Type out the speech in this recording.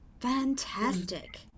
fantastic